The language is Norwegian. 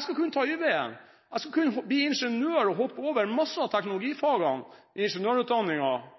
skal kunne ta Y-veien. Jeg skulle kunne bli ingeniør ved å hoppe over masse av